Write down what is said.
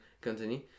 Continue